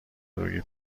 روی